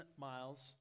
miles